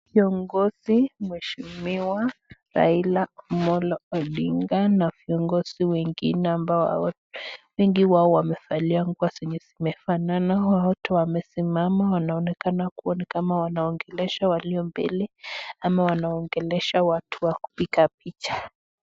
Kiongozi mweshimiwa Raila omolo odinga na viongozi wengine wengi ambao wamefalia nguo zenye zinafanana, wote wamesimama wanaonekana ni kama wanataka kongelesha waliyo mbele ama wanaongelesha watu wa kupika picha.